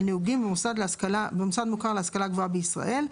הנהוגים במוסד מוכר להשכלה גבוהה בישראל,